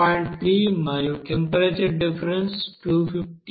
3 మరియు temperature difference 250 25